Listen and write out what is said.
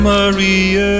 Maria